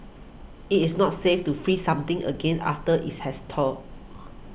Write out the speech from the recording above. it is not safe to freeze something again after it has thawed